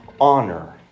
honor